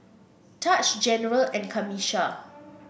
Taj General and Camisha